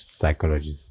psychologist